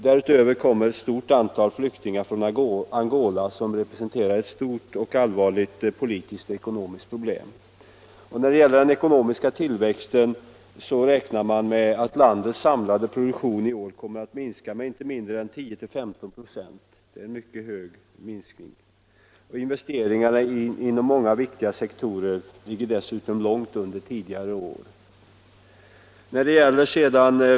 Därtill kommer ett stort antal flyktingar från Angola, som representerar ett stort och allvarligt politiskt-ekonomiskt problem. När det gäller den ekonomiska tillväxten räknar man med att landets samlade produktion i år kommer att minska med inte mindre än 10-15 96. Det är en mycket kraftig minskning. Investeringarna inom många viktiga sektorer ligger dessutom långt under tidigare års nivå.